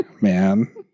man